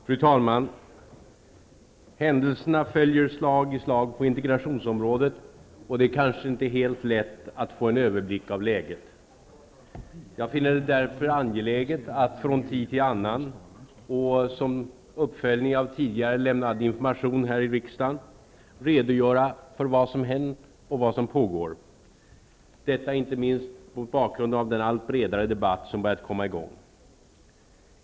Fru talman! Händelserna följer slag i slag på integrationsområdet, och det är kanske inte helt lätt att få en överblick av läget. Jag finner det därför angeläget att från tid till annan -- och som uppföljning av tidigare lämnad information här i riksdagen -- redogöra för vad som hänt och vad som pågår. Detta sker inte minst mot bakgrund av den allt bredare debatt som börjar komma i gång.